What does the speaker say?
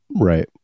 right